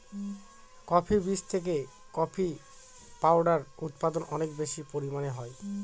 coffee বীজ থেকে coffee powder উৎপাদন অনেক বেশি পরিমানে হয়